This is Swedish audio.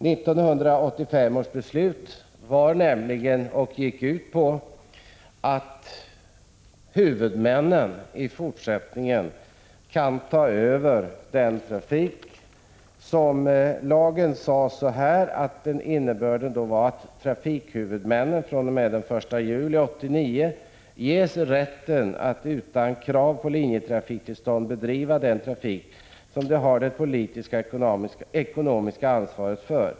1985 års beslut gick nämligen ut på att huvudmännen i fortsättningen kunde ta över trafiken. Lagen sade att trafikhuvudmännen fr.o.m. den 1 juli 1989 ges rätten att utan krav på linjetrafiktillstånd bedriva den trafik som de har det politiska och ekonomiska ansvaret för.